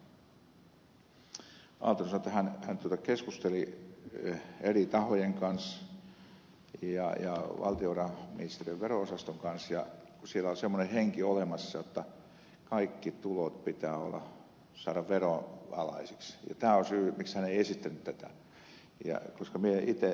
aaltonen sanoi että hän keskusteli eri tahojen kanssa ja valtiovarainministeriön vero osaston kanssa ja kun siellä on sellainen henki olemassa jotta kaikki tulot pitää saada veronalaisiksi tämä on syy miksi hän ei esittänyt tätä